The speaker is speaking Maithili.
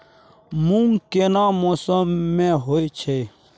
मूंग केना मौसम में होय छै?